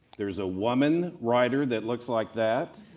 there's a woman writer that looks like that?